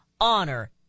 honor